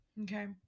Okay